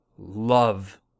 love